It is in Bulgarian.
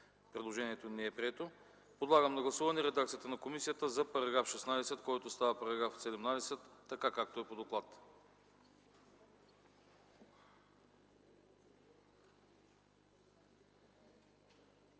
Предложението не е прието. Подлагам на гласуване редакцията на комисията за § 16, който става § 17, както е по доклада.